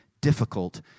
difficult